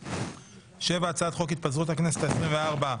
7. הצעת חוק התפזרות הכנסת העשרים וארבע,